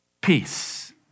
Peace